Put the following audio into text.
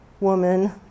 Woman